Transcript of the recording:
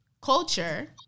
culture